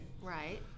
Right